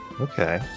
Okay